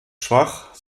schwach